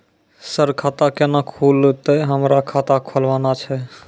Sir खाता केना खुलतै, हमरा खाता खोलवाना छै?